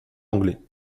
anglais